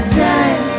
time